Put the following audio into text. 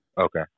Okay